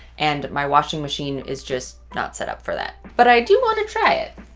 and my washing machine is just not set up for that. but i do want to try it.